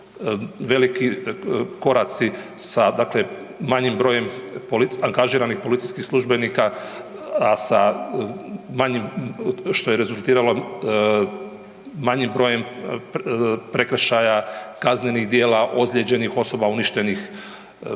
veliki koraci sa, dakle manjim brojem angažiranih policijskih službenika, a sa manjim, što je rezultiralo manjim brojem prekršaja, kaznenih dijela, ozlijeđenih osoba, uništenih prometnih